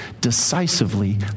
decisively